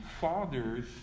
fathers